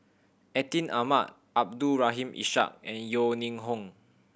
Atin Amat Abdul Rahim Ishak and Yeo Ning Hong